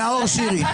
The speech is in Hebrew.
נאור שירי.